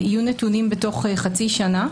יהיו נתונים תוך חצי שנה.